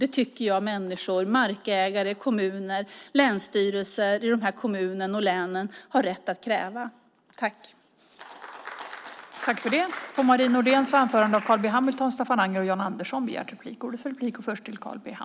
Det tycker jag att människor, markägare, kommuner och länsstyrelser i de här länen har rätt att kräva.